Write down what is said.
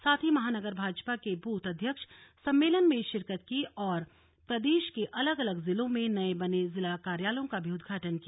साथ ही महानगर भाजपा के बूथ अध्यक्ष सम्मेलन में शिरकत की और प्रदेश के अलग अलग जिलों में नये बने जिला कार्यालयों का भी उद्घाटन किया